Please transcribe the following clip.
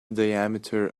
diameter